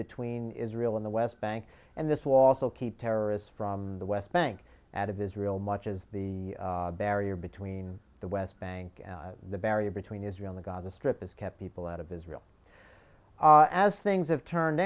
between israel and the west bank and this wall so keep terrorists from the west bank at of israel much as the barrier between the west bank the barrier between israel the gaza strip has kept people out of israel as things have turned